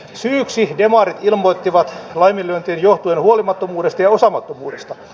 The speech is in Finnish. syyksi demarit ilmoittivat laiminlyöntien johtuneen huolimattomuudesta ja osaamattomuudesta